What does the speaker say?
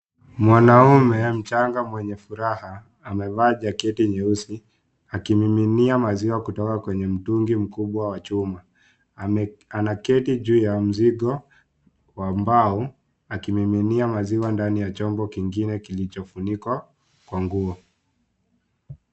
Mwanaume mchanga mwenye furaha amevaa jaketi nyeusi akimiminia maziwa kutoka kwenye mtungi mkubwa wa chuma. Anaketi juu ya mzigo wa mbao akimiminia maziwa ndani ya chombo kingine kilicho funikwa kwa nguo.